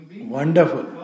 Wonderful